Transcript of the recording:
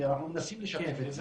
אנחנו מנסים לשתף את זה,